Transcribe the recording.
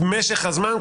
משך הזמן,